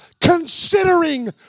considering